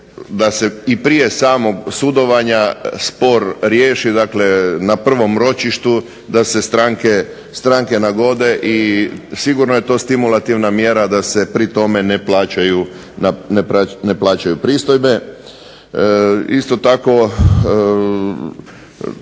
da se i prije samog sudovanja spor riješi dakle na prvom ročištu, da se stranke nagode i sigurno je to stimulativna mjera da se pri tome ne plaćaju pristojbe. Isto tako,